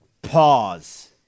Pause